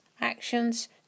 actions